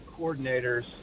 coordinators